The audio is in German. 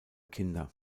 kinder